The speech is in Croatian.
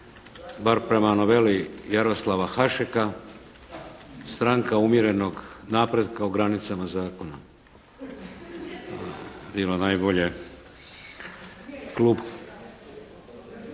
bar prema noveli Jaroslava Hašeka, stranka umjerenog napretka o granicama zakona, ima najbolje.